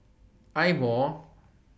Eye Mo